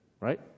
Right